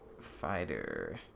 Fighter